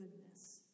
goodness